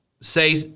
say